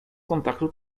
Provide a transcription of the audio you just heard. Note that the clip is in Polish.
kontaktu